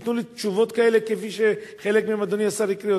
ייתנו לי תשובות כאלה כפי שחלק מהן אדוני השר הקריא,